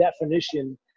definition